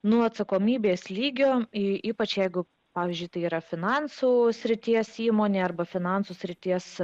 nuo atsakomybės lygio ypač jeigu pavyzdžiui tai yra finansų srities įmonė arba finansų srities